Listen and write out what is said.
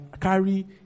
carry